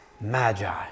magi